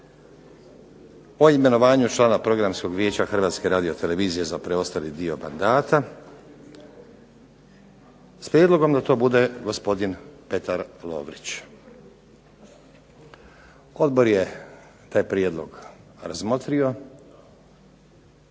o imenovanju člana Programskog vijeća HRT-a za preostali dio mandata, s prijedlogom da to bude gospodin Petar Lovrić. Odbor je taj prijedlog razmotrio,